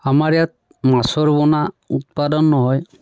আমাৰ ইয়াত মাছৰ পোনা উৎপাদন নহয়